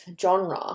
genre